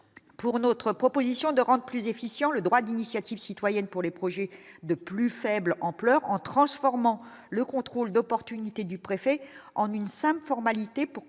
pour notre proposition de rendent plus efficient, le droit d'initiative citoyenne pour les projets de plus faible ampleur en transformant le contrôle d'opportunité du préfet en une simple formalité pour constater